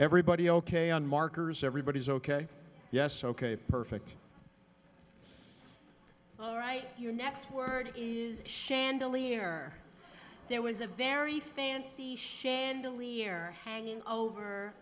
everybody ok on markers everybody's ok yes ok perfect all right your next word is chandelier there was a very fancy chandelier hanging over